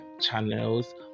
channels